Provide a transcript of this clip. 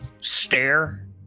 stare